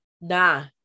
Nah